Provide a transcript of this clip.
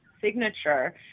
signature